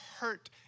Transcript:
hurt